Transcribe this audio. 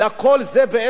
כל זה בעצם,